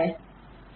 ठीक है